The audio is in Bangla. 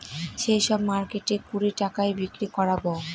সেই সব মার্কেটে কুড়ি টাকায় বিক্রি করাবো